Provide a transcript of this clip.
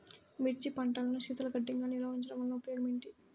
మిర్చి పంటను శీతల గిడ్డంగిలో నిల్వ ఉంచటం వలన ఉపయోగం ఏమిటి?